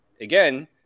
again